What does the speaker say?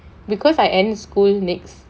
because I end school next